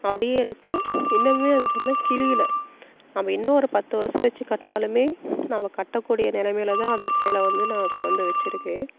அப்படியே இருக்கு இன்னுமே எனக்கு வந்து கிழியில நம்ம இன்னு ஒரு பத்து வருஷம் வச்சு கட்டினாலுமே நம்ம கட்டக்கூடிய நிலமையிலதான் அந்த சேலை வந்து நான் இப்போ வந்து வச்சுருக்கேன்